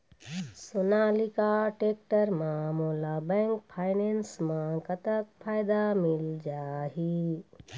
Sonalika tractor म मोला bank finance म कतक फायदा मिल जाही?